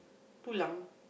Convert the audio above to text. too long